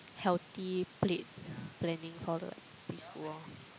healthy plate planning for the like preschool lor